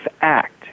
Act